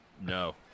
No